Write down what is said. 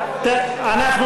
אדוני היושב-ראש,